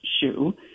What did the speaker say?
shoe